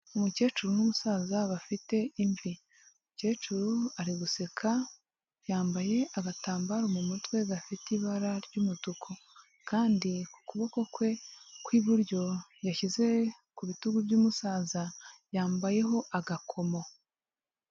Umukecuru n'umusaza bafite imvi, umukecuru ari guseka yambaye agatambaro mu mutwe gafite ibara ry'umutuku kandi ku kuboko kwe kw'iburyo yashyize ku bitugu by'umusaza yambayeho agakomo.